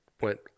went